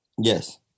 Yes